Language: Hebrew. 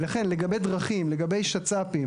ולכן לגבי דרכים, לגבי שצ"פים